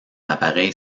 appareil